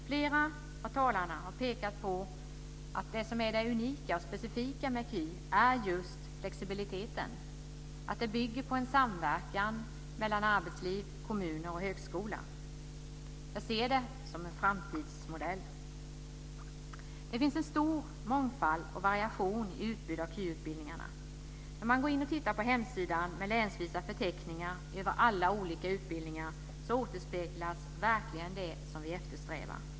Flera av talarna har pekat på att det unika och specifika med KY är just flexibiliteten, att det bygger på en samverkan mellan arbetsliv, kommuner och högskola. Jag ser det som en framtidsmodell. Det finns en stor mångfald och variation i utbudet av KY-utbildningar. Går man in och tittar på hemsidan med länsvisa förteckningar över alla olika utbildningar kan man se att det som vi eftersträvar verkligen återspeglas.